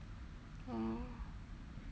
ya